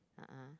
a'ah